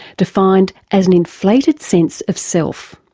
defined as an inflated sense of self.